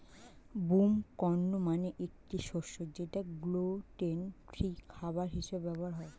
broom corn মানে একটি শস্য যেটা গ্লুটেন ফ্রি খাবার হিসেবে ব্যবহার হয়